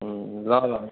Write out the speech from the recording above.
ल ल